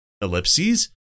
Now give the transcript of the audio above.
ellipses